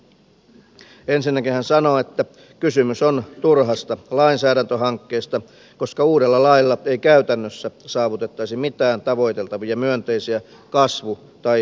ensinnäkin hän sanoo että kysymys on turhasta lainsäädäntöhankkeesta koska uudella lailla ei käytännössä saavutettaisi mitään tavoiteltavia myönteisiä kasvu tai työllisyyspoliittisia vaikutuksia